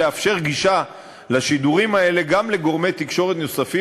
לאפשר גישה לשידורים האלה גם לגורמי תקשורת נוספים,